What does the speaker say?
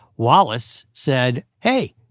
wallace said, hey,